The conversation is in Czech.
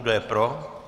Kdo je pro?